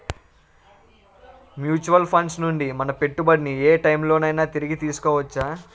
Mutual funds నుండి మన పెట్టుబడిని ఏ టైం లోనైనా తిరిగి తీసుకోవచ్చా?